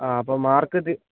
ആ അപ്പം മാർക്കിത്തിരി